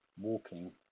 walking